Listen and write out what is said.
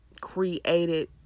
created